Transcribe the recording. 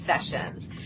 sessions